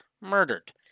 murdered